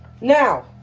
now